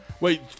Wait